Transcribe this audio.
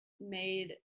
made